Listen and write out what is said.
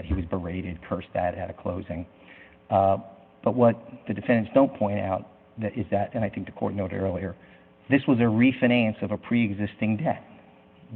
that he was paraded curse that had a closing but what the defense don't point out that is that and i think the court noted earlier this was a refinance of a preexisting that